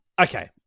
okay